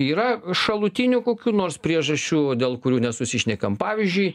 yra šalutinių kokių nors priežasčių dėl kurių nesusišnekam pavyzdžiui